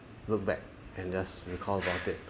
look back and just recall about it